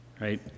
Right